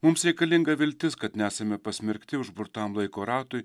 mums reikalinga viltis kad nesame pasmerkti užburtam laiko ratui